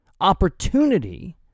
opportunity